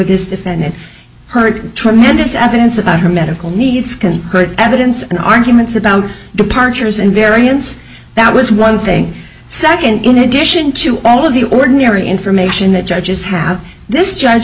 this defendant her tremendous evidence about her medical needs can evidence and arguments about departures and variance that was one thing second in addition to all of the ordinary information that judges have this judge